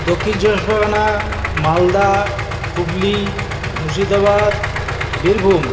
Dakshin Chabbish Parganas Malda Hooghly Murshidabad Birbhum